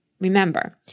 Remember